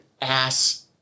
ass